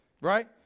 right